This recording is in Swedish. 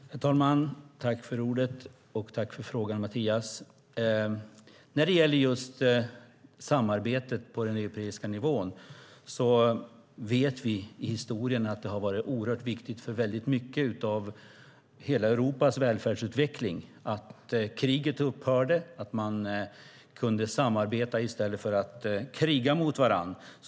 Herr talman! Jag tackar Mattias Karlsson för frågan. När det gäller just samarbetet på den europeiska nivån vet vi från historien att det har varit oerhört viktigt för mycket av hela Europas välfärdsutveckling att kriget upphörde och att man kunde samarbeta i stället för att kriga mot varandra.